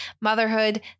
motherhood